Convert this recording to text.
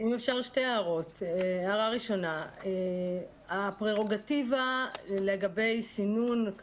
שתי הערות: הפררוגטיבה לגבי סינון או